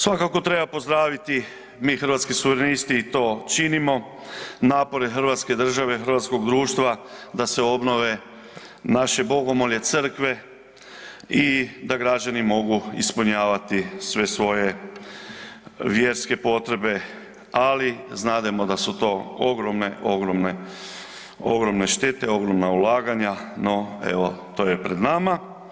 Svakako treba pozdraviti mi Hrvatski suverenisti i to činimo, napore hrvatske države, hrvatskog društva da se obnove naše bomoglje, crkve i da građani mogu ispunjavati sve svoje vjerske potrebe ali znademo da su to ogromne, ogromne, ogromne štete, ogromna ulaganja no evo, to je pred nama.